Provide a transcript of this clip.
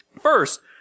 first